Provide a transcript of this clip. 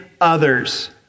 others